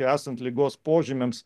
esant ligos požymiams